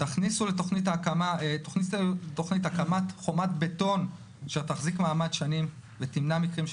"תכניסו תוכנית הקמת חומת בטון שתחזיק מעמד שנים ותמנע מקרים שכאלה,